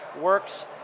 works